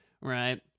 right